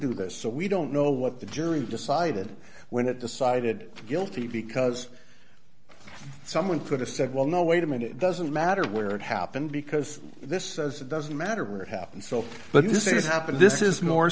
do this so we don't know what the jury decided when it decided to guilty because someone could have said well no wait a minute it doesn't matter where it happened because this says it doesn't matter where it happened so but this is happened this is more